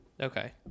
Okay